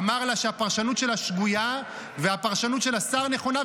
אמר לה שהפרשנות שלה שגויה והפרשנות של השר נכונה,